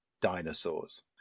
dinosaurs